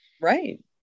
Right